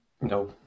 no